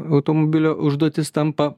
automobilio užduotis tampa